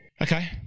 Okay